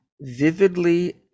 vividly